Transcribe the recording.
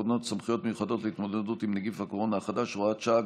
תקנות סמכויות מיוחדות להתמודדות עם נגיף הקורונה החדש (הוראת שעה)